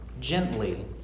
gently